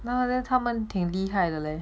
another taman 挺厉害的嘞